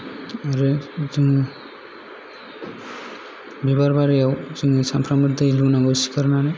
आरो जोङो बिबार बारियाव जोङो सानफ्रामबो दै लुनांगौ सिखारनानै